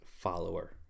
follower